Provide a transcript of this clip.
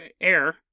air